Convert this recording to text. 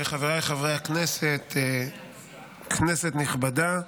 חבריי חברי הכנסת, כנסת נכבדה,